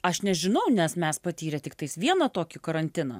aš nežinau nes mes patyrę tiktais vieną tokį karantiną